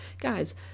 Guys